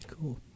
Cool